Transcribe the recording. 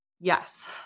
Yes